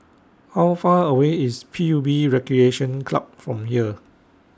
How Far away IS P U B Recreation Club from here